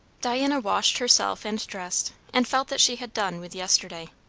diana washed herself and dressed, and felt that she had done with yesterday.